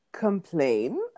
complain